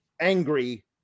angry